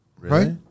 right